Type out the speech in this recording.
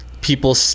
people